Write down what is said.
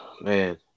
man